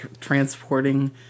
transporting